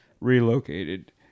relocated